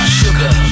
sugar